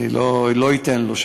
אני לא אתן לו.